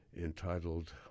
entitled